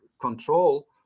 control